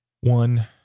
one